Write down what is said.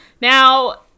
Now